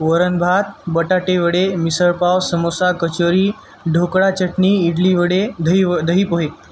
वरण भात बटाटेवडे मिसळपाव समोसा कचोरी ढोकळा चटणी इडली वडे दही व दही पोहे